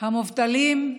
המובטלים,